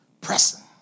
Pressing